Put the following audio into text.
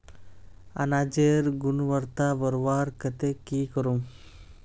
अनाजेर गुणवत्ता बढ़वार केते की करूम?